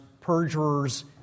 perjurers